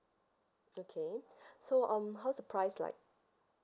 okay so um how's the price like